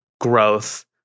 growth